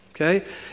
okay